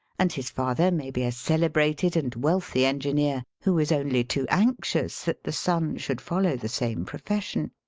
and his father may be a celebrated and wealthy engineer who is only too anxious that the son should follow the same profebsion.